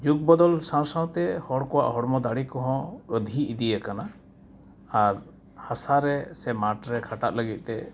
ᱡᱩᱜᱽ ᱵᱚᱫᱚᱞ ᱥᱟᱶ ᱥᱟᱶᱛᱮ ᱦᱚᱲ ᱠᱚᱣᱟᱜ ᱦᱚᱲᱢᱚ ᱫᱟᱲᱮᱠᱚ ᱦᱚᱸ ᱟᱹᱫᱷᱤ ᱤᱫᱤᱭ ᱟᱠᱟᱱᱟ ᱟᱨ ᱦᱟᱥᱟᱨᱮ ᱥᱮ ᱢᱟᱴᱷᱨᱮ ᱠᱷᱟᱴᱟᱜ ᱞᱟᱹᱜᱤᱫ ᱛᱮ